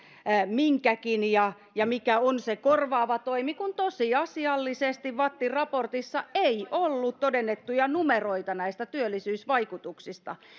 minkäkin ja ja mikä on se korvaava toimi kun tosiasiallisesti vattin raportissa ei ollut todennettuja numeroita näistä työllisyysvaikutuksista